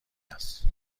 است